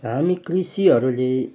हामी कृषिहरूले